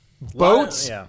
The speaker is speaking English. Boats